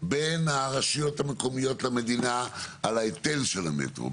בין הרשויות המקומיות למדינה על ההיטל של המטרו,